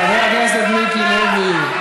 חבר הכנסת מיקי לוי,